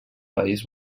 país